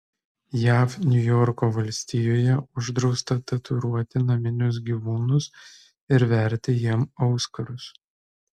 jav niujorko valstijoje uždrausta tatuiruoti naminius gyvūnus ir verti jiems auskarus